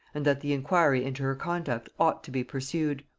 and that the inquiry into her conduct ought to be pursued.